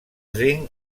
zinc